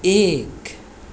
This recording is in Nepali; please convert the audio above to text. एक